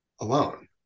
alone